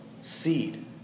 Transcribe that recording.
seed